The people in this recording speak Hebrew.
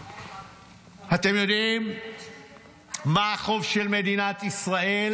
אתם יודעים מה החוב של מדינת ישראל?